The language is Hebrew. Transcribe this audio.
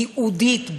ייעודית,